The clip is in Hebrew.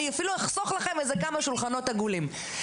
אני אפילו אחסוך לכם כמה שולחנות עגולים.